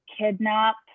kidnap